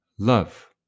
Love